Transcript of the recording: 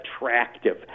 attractive